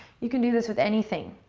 you can do this with anything.